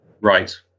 Right